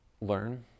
learn